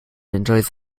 enjoys